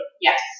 Yes